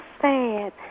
sad